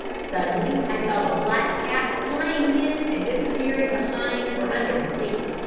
suddenly i saw a black cat flying in and disappearing behind or under a seat.